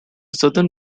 southern